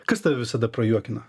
kas tave visada prajuokina